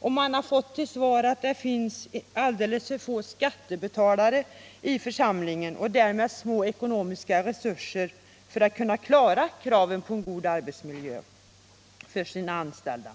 och har fått till svar att det finns alldeles för få skattebetalare i församlingen och därmed för små ekonomiska resurser för att man skall kunna klara kraven på en god arbetsmiljö för de anställda.